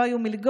לא היו מלגות,